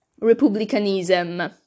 republicanism